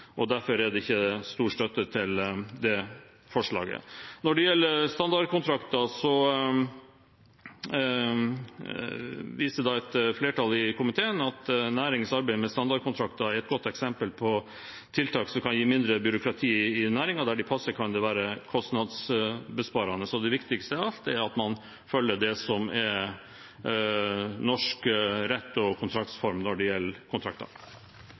og derfor er det ikke stor støtte til det forslaget. Når det gjelder standardkontrakter, viser et flertall i komiteen til at næringens arbeid med standardkontrakter er et godt eksempel på tiltak som kan gi mindre byråkrati i næringen. Der de passer, kan det være kostnadsbesparende. Det viktigste av alt er at man følger det som er norsk rett og kontraktsform når det gjelder kontrakter.